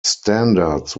standards